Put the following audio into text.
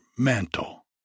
mantle